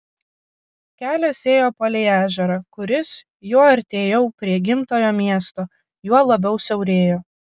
kelias ėjo palei ežerą kuris juo artėjau prie gimtojo miesto juo labiau siaurėjo